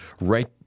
right